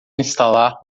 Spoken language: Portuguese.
instalar